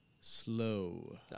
Slow